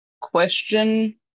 question